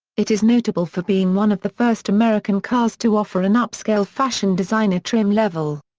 it is notable for being one of the first american cars to offer an upscale fashion designer trim level.